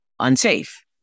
unsafe